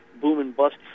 boom-and-bust